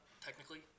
technically